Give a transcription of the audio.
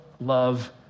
love